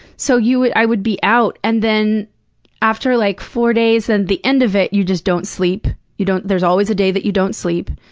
so you would i would be out, and then after, like, four days at and the end of it, you just don't sleep. you don't there's always a day that you don't sleep.